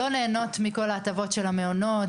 לא נהנות מכל ההטבות של המעונות,